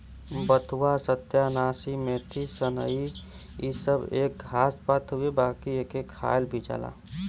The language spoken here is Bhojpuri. बथुआ, सत्यानाशी, मेथी, सनइ इ सब एक घास पात हउवे बाकि एके खायल भी जाला